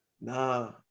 Nah